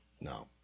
No